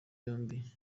yombi